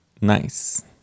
Nice